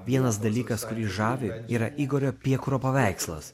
vienas dalykas kuris žavi yra igorio piekuro paveikslas